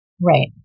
Right